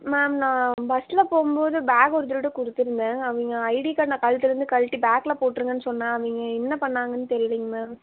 ma'am நான் பஸ்ஸில் போகும் போது பேக் ஒருத்தர்கிட்ட கொடுத்துருந்தேன் அவங்க ஐடி கார்டு நான் கழுத்துலர்ந்து கழட்டி பேக்கில் போட்ருங்கன்னு சொன்ன அவங்க என்ன பண்ணாங்கன்னு தெரியிலங்க மேம்